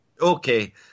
Okay